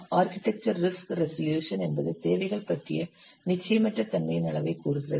architecture risk resolution என்பது தேவைகள் பற்றிய நிச்சயமற்ற தன்மையின் அளவை கூறுகிறது